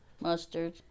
mustard